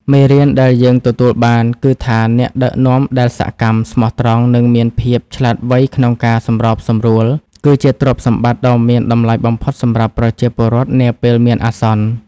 មេរៀនដែលយើងទទួលបានគឺថា អ្នកដឹកនាំដែលសកម្ម ស្មោះត្រង់ និងមានភាពឆ្លាតវៃក្នុងការសម្របសម្រួល គឺជាទ្រព្យសម្បត្តិដ៏មានតម្លៃបំផុតសម្រាប់ប្រជាពលរដ្ឋនាពេលមានអាសន្ន។